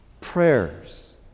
Prayers